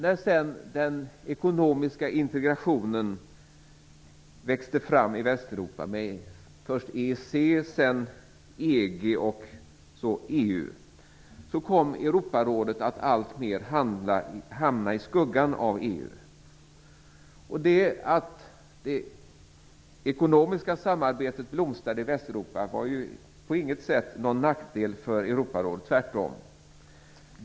När sedan den ekonomiska integrationen växte fram i Västeuropa, med EEC, EG och nu EU, kom Europarådet att alltmer hamna i skuggan av EU. Att det ekonomiska samarbetet i Västeuropa blomstrade var ingen nackdel för Europarådet, tvärtom.